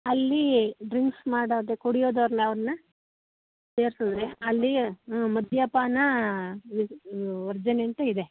ಅಲ್ಲಿ ಡ್ರಿಂಕ್ಸ್ ಮಾಡೋದು ಕುಡಿಯದವ್ರು ಅವ್ರ್ನ ಸೇರ್ಸಿದ್ರೆ ಅಲ್ಲಿ ಹಾಂ ಮದ್ಯಪಾನ ವರ್ಜನೆ ಅಂತ ಇದೆ